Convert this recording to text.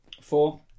Four